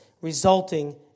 resulting